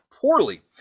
poorly